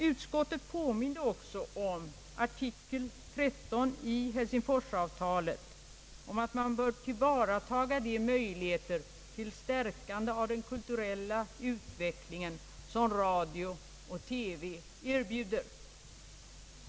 Utskottet påminde också om artikel 13 i Helsingforsavtalet, som rekommenderar att man tillvaratar de möjligheter till stärkande av den kulturella utvecklingen som radio och TV erbjuder.